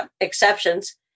exceptions